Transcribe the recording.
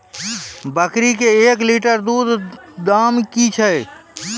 बकरी के एक लिटर दूध दाम कि छ?